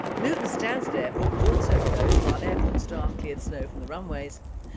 london's stanstead airport was also closed while airport staff cleared snow from the runways.